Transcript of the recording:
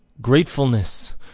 gratefulness